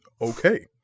Okay